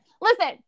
Listen